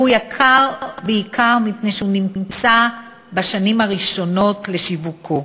והוא יקר בעיקר מפני שהוא נמצא בשנים הראשונות לשיווקו.